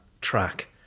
track